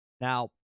Now